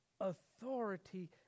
authority